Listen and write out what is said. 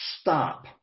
stop